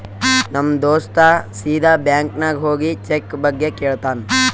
ನಮ್ ದೋಸ್ತ ಸೀದಾ ಬ್ಯಾಂಕ್ ನಾಗ್ ಹೋಗಿ ಚೆಕ್ ಬಗ್ಗೆ ಕೇಳ್ತಾನ್